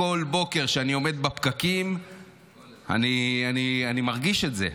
בכל בוקר שאני עומד בפקקים אני מרגיש את זה.